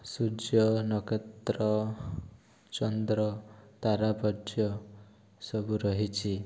ସୂର୍ଯ୍ୟ ନକ୍ଷତ୍ର ଚନ୍ଦ୍ର ତାରାପର୍ଯ୍ୟ ସବୁ ରହିଛି